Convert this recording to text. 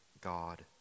God